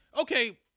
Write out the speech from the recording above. okay